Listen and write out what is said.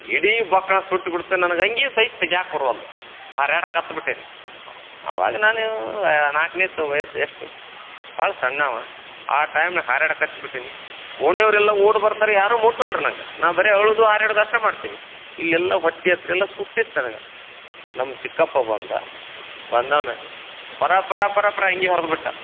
ಇಡೀ ಬಕ್ಕಣ ಸುಟ್ಬಿಡ್ತು ನನ ಅಂಗೆಗಿ ಸಹಿತ ತೆಗಿಯಾಕೆ ಬರವಲ್ದು ಹಾರ್ಯಾಡಕೆ ಹತ್ತು ಬಿಟ್ಟೆನ ಆವಾಗ ನಾನು ಯಾ ನಾಲ್ಕನೇ ವಯಸ್ಸು ಎಷ್ಟು ಭಾಳ ಸಣ್ಣವ ಆ ಟೈಮ್ನಾಗ ಹಾರಾಡಕತ್ತು ಬಿಟ್ಟಿನಿ ಓಣಿಯವರೆಲ್ಲ ಓಡಿ ಬರ್ತಾರೆ ಯಾರು ಮುಟ್ವಲ್ರಿ ನಂಗೆ ನಾ ಬರೇ ಅಳೋದು ಹಾರ್ಯಾಡೋದು ಅಷ್ಟೇ ಮಾಡ್ತೀನಿ ಇಲ್ಲೆಲ್ಲ ಹೊಟ್ಟಿ ಹತ್ರೆಲ್ಲ ಸುಟ್ಟಿತ್ತು ನನಗೆ ನಮ್ಮ ಚಿಕ್ಕಪ್ಪ ಬಂದ ಬಂದವನ ಪರ ಪರ ಪರ ಅಂಗಿ ಹರದ್ಬಿಟ್ಟ